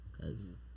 Cause